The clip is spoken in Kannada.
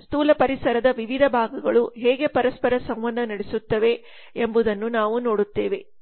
ಆದ್ದರಿಂದ ಸ್ಥೂಲ ಪರಿಸರದ ವಿವಿಧ ಭಾಗಗಳು ಹೇಗೆ ಪರಸ್ಪರ ಸಂವಹನ ನಡೆಸುತ್ತವೆ ಎಂಬುದನ್ನು ನಾವು ನೋಡುತ್ತೇವೆ